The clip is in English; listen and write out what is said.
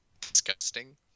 disgusting